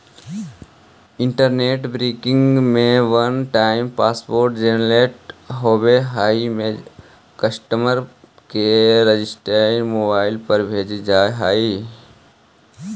internet banking में one time password generate होवऽ हइ जे कस्टमर के रजिस्टर्ड मोबाइल पर भेजल जा हइ